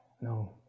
no